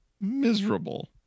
Miserable